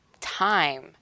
time